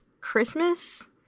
Christmas